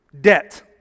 debt